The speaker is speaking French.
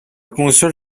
console